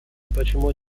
почему